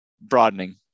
broadening